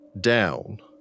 down